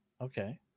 Okay